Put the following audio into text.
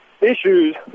issues